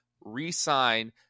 re-sign